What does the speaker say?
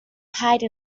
hide